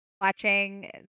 watching